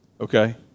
Okay